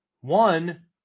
One